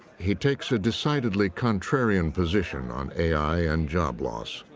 he takes a decidedly contrarian position on a i. and job loss.